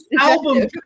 album